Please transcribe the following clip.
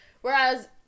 whereas